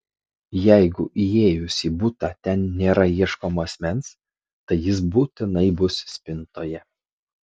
jeigu įėjus į butą ten nėra ieškomo asmens tai jis būtinai bus spintoje